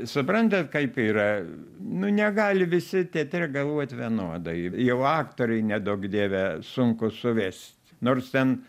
suprantat kaip yra nu negali visi teatre galvot vienodai jau aktoriui neduok dieve sunku suvest nors ten